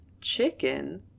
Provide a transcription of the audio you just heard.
chicken